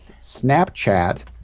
Snapchat